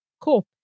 cool